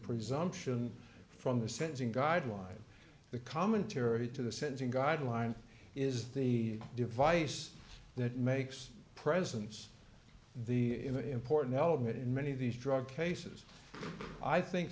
presumption from the sentencing guidelines the commentary to the sentencing guidelines is the device that makes presents the important d element in many of these drug cases i think